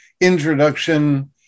introduction